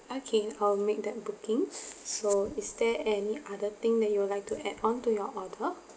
okay I'll make that booking so is there any other thing that you would like to add on to your order